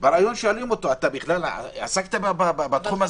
אותו: עסקת בתחום הזה?